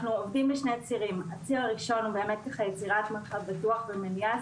אנחנו עוברים בשני צירים: הציר הראשון הוא יצירת מרחב בטוח במניעה,